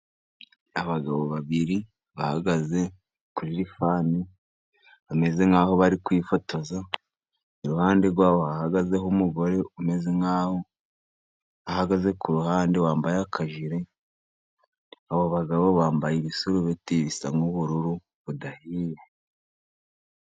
Abagabo babiri bahagaze kuri lifani bameze nkaho bari kwifotoza iruhande rwabo hahagazeho umugore umeze nkaho ahagaze kuruhande wambaye akajire, abo bagabo bambaye ibisurubeti bisa nk'ubururu budahiye.